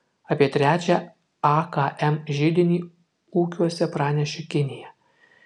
apie trečią akm židinį ūkiuose pranešė kinija